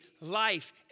life